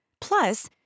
Plus